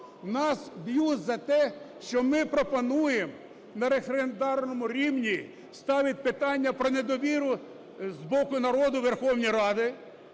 Нас б'ють за те, що ми пропонуємо на референдумарному рівні ставити питання про недовіру з боку народу Верховній Раді,